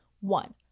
One